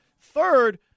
Third